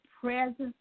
presence